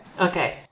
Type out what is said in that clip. Okay